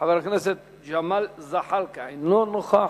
חבר הכנסת ג'מאל זחאלקה, אינו נוכח.